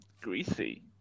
Greasy